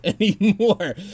anymore